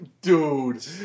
Dude